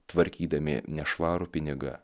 tvarkydami nešvarų pinigą